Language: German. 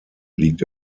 liegt